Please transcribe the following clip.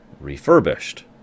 refurbished